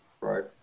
right